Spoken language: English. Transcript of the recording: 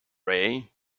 ray